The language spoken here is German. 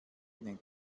ihnen